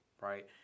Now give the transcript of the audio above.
right